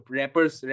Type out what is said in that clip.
rappers